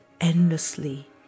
endlessly